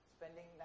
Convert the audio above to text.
Spending